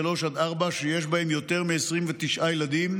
שלוש עד ארבע שיש בהם יותר מ-29 ילדים,